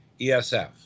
ESF